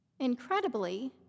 Incredibly